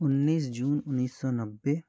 उन्नीस जून उन्नीस सौ नब्बे